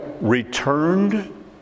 returned